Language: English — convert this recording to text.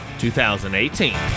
2018